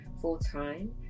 full-time